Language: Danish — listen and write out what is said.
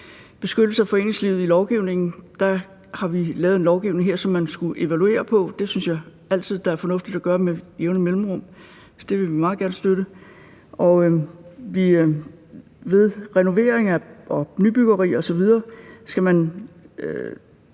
beskyttelse af foreningslivet i lovgivningen. Der har vi her lavet en lovgivning, som man skulle evaluere. Det synes jeg altid er fornuftigt at gøre med jævne mellemrum. Det vil vi meget gerne støtte. Og ved renovering og nybyggeri osv. skal man